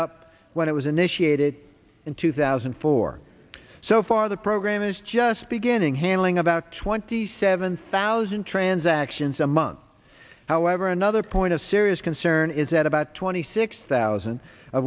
up when it was initiated in two thousand and four so far the program is just beginning handling about twenty seven thousand transactions among however another point of serious concern is that about twenty six thousand